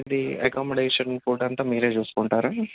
ఇది accommodation food అంతా మీరే చూసుకుంటారా